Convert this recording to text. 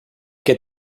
que